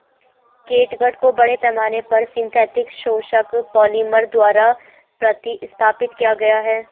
catgut को बड़े पैमाने पर सिंथेटिक शोषक पॉलिमर द्वारा प्रतिस्थापित किया गया है